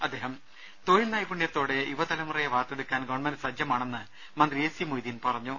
രദേശ തൊഴിൽ നൈപുണ്യത്തോടെ യുവതലമുറയെ വാർത്തെടുക്കാൻ ഗവൺമെന്റ് സജ്ജമാണെന്ന് മന്ത്രി എ സി മൊയ്തീൻ പറഞ്ഞു